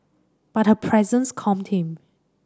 but her presence calmed him